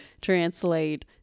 translate